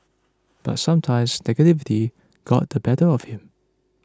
but sometimes negativity got the better of him